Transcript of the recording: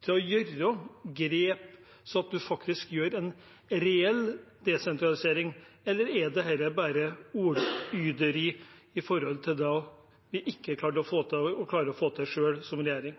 til å gjøre grep sånn at en faktisk gjør en reell desentralisering, eller er dette bare ordgyteri om hva vi ikke klarte å få til, og hva de skal klare å få til selv i regjering?